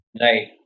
Right